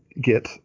Get